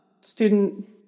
student